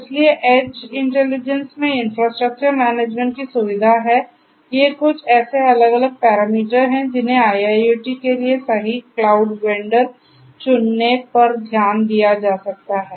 इसलिए edge intelligence में infrastructure management की सुविधा है ये कुछ ऐसे अलग अलग पैरामीटर हैं जिन्हें IIoT के लिए सही क्लाउड वेंडर चुनने पर ध्यान दिया जा सकता है